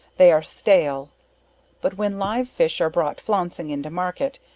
they are stale but when live fish are bro't flouncing into market,